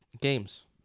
games